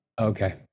Okay